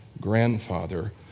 grandfather